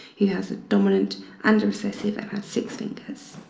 he has a dominant and recessive and has six fingers.